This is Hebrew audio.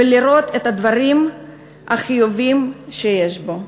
ולראות את הדברים החיוביים שיש בו.